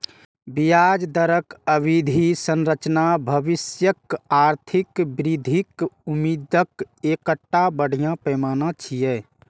ब्याज दरक अवधि संरचना भविष्यक आर्थिक वृद्धिक उम्मीदक एकटा बढ़िया पैमाना छियै